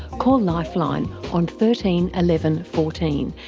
call lifeline on thirteen eleven fourteen,